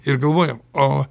ir galvojam o